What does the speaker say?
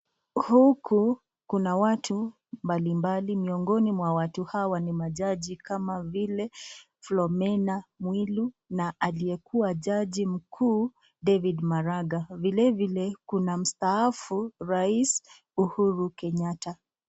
Huku kuna watu mbali mbali miongini mwa watu hawa ni majaji kama vile, Philomena Mwilu na aliyekuwa jaji mkuu David Maraga. Vile vile Kuna mstahafu rais Uhuru Kenyatta.